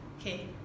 okay